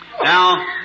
Now